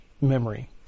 memory